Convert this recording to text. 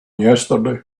yesterday